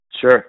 Sure